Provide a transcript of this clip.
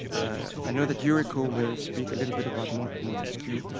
i know that yuriko will speak a little bit about montesquiou,